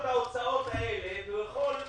ואז אין לו את ההוצאות האלה, והוא יכול להסתדר.